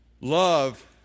Love